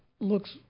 looks